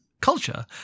culture